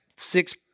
Six